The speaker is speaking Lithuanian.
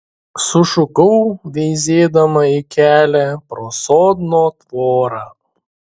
sušukau veizėdama į kelią pro sodno tvorą